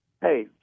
hey